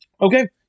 Okay